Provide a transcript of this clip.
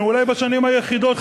אולי השנים היחידות שעשו את זה,